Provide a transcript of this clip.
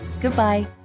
Goodbye